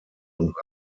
und